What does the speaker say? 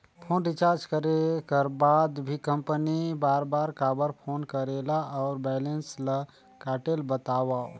Phone recharge करे कर बाद भी कंपनी बार बार काबर फोन करेला और बैलेंस ल काटेल बतावव?